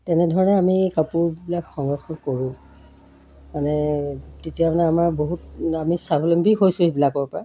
তেনেধৰণে আমি কাপোৰবিলাক সংৰক্ষণ কৰোঁ মানে তেতিয়া মানে আমাৰ বহুত আমি স্বাৱলম্বী হৈছোঁ সেইবিলাকৰপৰা